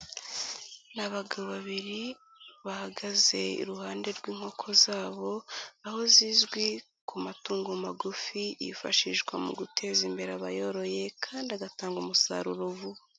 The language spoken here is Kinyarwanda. Ni abagabo babiri bahagaze iruhande rw'inkoko zabo aho zizwi ku matungo magufi yifashishwa mu guteza imbere abayoroye kandi agatanga umusaruro vuba.